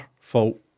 fault